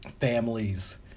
families